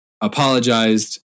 apologized